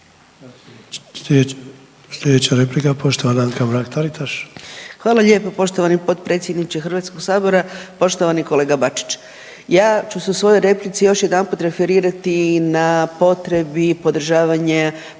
Sljedeća replika poštovana Anka Mrak Taritaš. **Mrak-Taritaš, Anka (GLAS)** Hvala lijepo poštovani potpredsjedniče HS-a. Poštovani kolega Bačić. Ja ću se u svojoj replici još jedanput referirati na potrebi i podržavanja